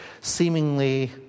seemingly